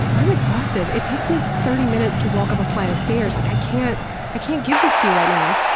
i'm exhausted. it takes me thirty minutes to walk up a flight of stairs, like i can't i can't give this to you right now.